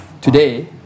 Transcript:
Today